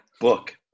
Book